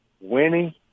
winning